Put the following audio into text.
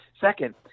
Second